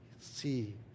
See